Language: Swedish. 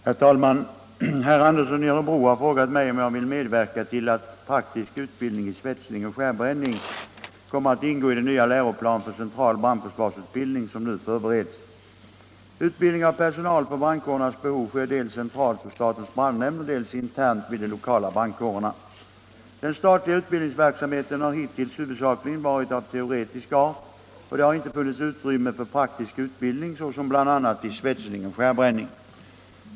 Herr talman! Herr Andersson i Örebro har frågat mig om jag vill medverka till att praktisk utbildning i svetsning och skärbränning kommer att ingå i den nya läroplan för central brandförsvarsutbildning som nu förbereds. Utbildning av personal för brandkårens behov sker dels centralt hos statens brandnämnd och dels internt vid de lokala brandkårerna. Den statliga utbildningsverksamheten har hittills huvudsakligen varit av teoretisk art och det har inte funnits utrymme för praktisk utbildning såsom bl.a. i svetsning och skärbränning.